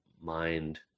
mind